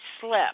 slept